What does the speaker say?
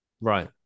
Right